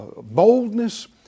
boldness